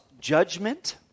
judgment